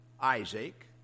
Isaac